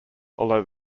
although